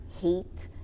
hate